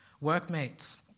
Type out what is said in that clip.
Workmates